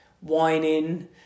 whining